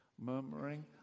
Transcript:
murmuring